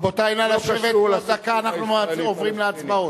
רבותי, נא לשבת, בעוד דקה אנחנו עוברים להצבעות.